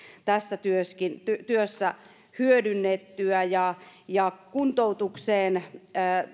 tässä työssä hyödynnettyä kuntoutukseen